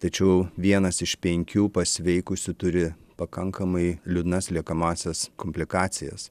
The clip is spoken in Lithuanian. tačiau vienas iš penkių pasveikusių turi pakankamai liūdnas liekamąsias komplikacijas